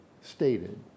stated